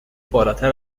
بالاتر